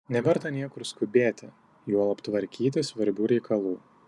neverta niekur skubėti juolab tvarkyti svarbių reikalų